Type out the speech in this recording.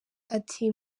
ati